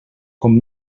com